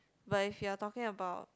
but if you are talking about